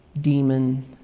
demon